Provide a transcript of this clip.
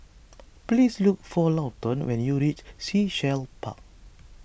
please look for Lawton when you reach Sea Shell Park